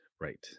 right